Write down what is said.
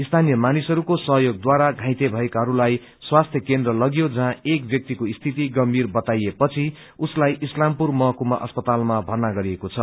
स्थानीय मानिसहरूको सहयोगद्वारा घाइते भएकाहरूलाई स्वास्थ्य केन्द्र लगियो जहाँ एक ब्यक्तिको स्थिति गंभीर बताइए पछि उसलाई इस्लामपुर महकुमा अस्पतालमा भर्ना गरिएको छ